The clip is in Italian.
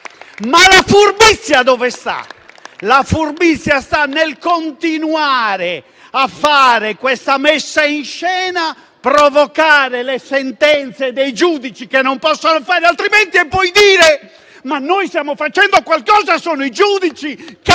Ma la furbizia dove sta? La furbizia sta nel continuare a fare questa messa in scena: provocare le sentenze dei giudici, che non possono fare altrimenti, e poi dire che stanno facendo qualcosa e che sono i giudici, cattivi,